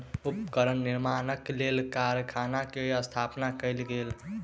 उपकरण निर्माणक लेल कारखाना के स्थापना कयल गेल